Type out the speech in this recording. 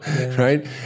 right